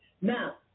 Now